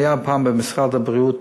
היה פעם במשרד הבריאות,